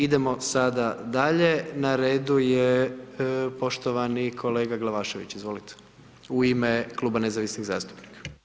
Idemo sada dalje, na redu je poštovani kolega Glavašević, izvolite, u ime Kluba nezavisnih zastupnika.